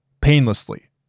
painlessly